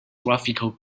graphical